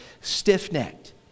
stiff-necked